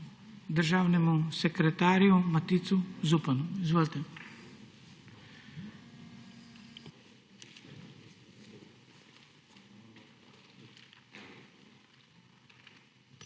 državnemu sekretarju Maticu Zupanu. **MATIC